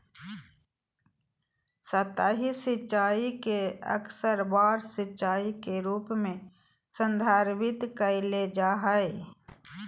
सतही सिंचाई के अक्सर बाढ़ सिंचाई के रूप में संदर्भित कइल जा हइ